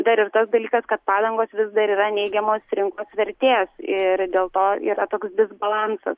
dar ir tas dalykas kad padangos vis dar yra neigiamos rinkos vertės ir dėl to yra toks disbalansas